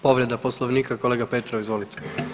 Povreda Poslovnika, kolega Petrov izvolite.